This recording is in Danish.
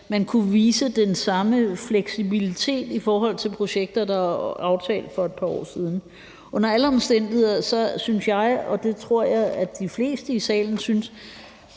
man kunne vise den samme fleksibilitet i forhold til projekter, der er aftalt for et par år siden. Under alle omstændigheder synes jeg – og det tror jeg at de fleste i salen synes